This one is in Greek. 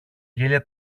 γέλια